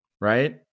right